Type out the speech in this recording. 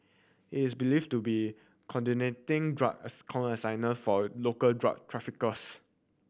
he is believed to be coordinating drug as consignment for a local drug traffickers